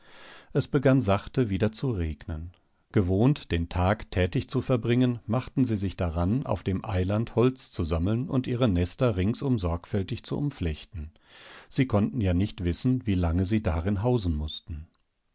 es begann sachte wieder zu regnen gewohnt den tag tätig zu verbringen machten sie sich daran auf dem eiland holz zu sammeln und ihre nester ringsum sorgfältig zu umflechten sie konnten ja nicht wissen wie lange sie darin hausen mußten